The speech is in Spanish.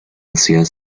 ansiedad